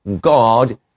God